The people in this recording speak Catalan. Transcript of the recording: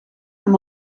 amb